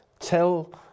tell